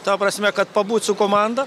ta prasme kad pabūt su komanda